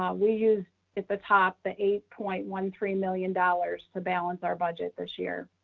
um we use at the top, the eight point one three million dollars to balance our budget this year.